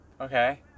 okay